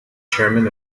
chairman